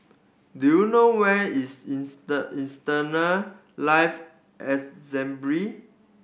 do you know where is Eternal Life